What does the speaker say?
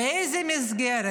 באיזו מסגרת?